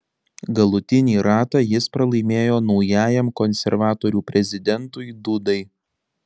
galutinį ratą jis pralaimėjo naujajam konservatorių prezidentui dudai